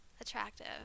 attractive